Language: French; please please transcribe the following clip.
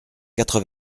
quatre